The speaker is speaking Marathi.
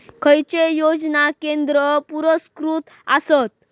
खैचे योजना केंद्र पुरस्कृत आसत?